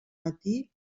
matí